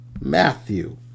Matthew